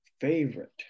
favorite